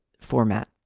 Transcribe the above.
format